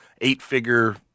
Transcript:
eight-figure